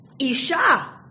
Isha